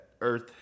Earth